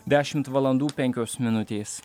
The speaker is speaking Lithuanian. dešimt valandų penkios minutės